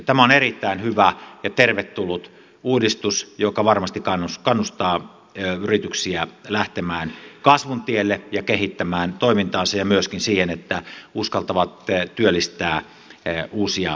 tämä on erittäin hyvä ja tervetullut uudistus joka varmasti kannustaa yrityksiä lähtemään kasvun tielle ja kehittämään toimintaansa ja myöskin siihen että ne uskaltavat työllistää uusia ihmisiä